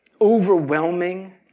overwhelming